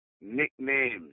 Nicknames